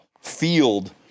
field